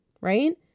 right